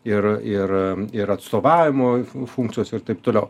ir ir ir atstovavimo funkcijos ir taip toliau